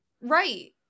Right